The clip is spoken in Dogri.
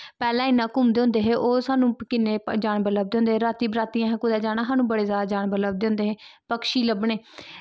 पैह्लै इ'न्ना घुम्मदे होंदे हे ओह् सानू किन्ने जानबर लभदे होंदे हे राती राती असैं कुतै जाना स्हानू बड़े जैदा जानबर लभदे होंदे हे पक्षी लब्भने